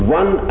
one